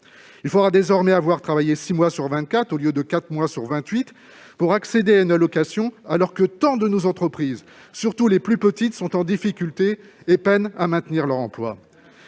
Il faudra désormais avoir travaillé six mois sur vingt-quatre au lieu de quatre mois sur vingt-huit pour accéder à une allocation, alors que tant de nos entreprises, surtout les plus petites, sont en difficulté et peinent à maintenir leurs emplois.